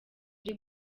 uri